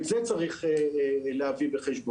תהליך פתיחת מיטות במדינת ישראל הוא תהליך מאוד סדור וידוע.